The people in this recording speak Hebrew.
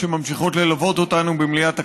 שממשיכות ללוות אותנו במליאת הכנסת.